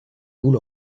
bull